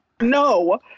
no